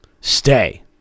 stay